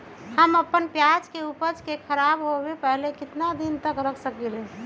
हम अपना प्याज के ऊपज के खराब होबे पहले कितना दिन तक रख सकीं ले?